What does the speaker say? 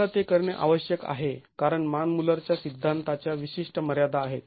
आंम्हाला ते करणे आवश्यक आहे कारण मान मुल्लर च्या सिद्धांताच्या विशिष्ट मर्यादा आहेत